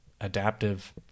adaptive